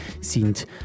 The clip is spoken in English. sind